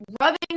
rubbing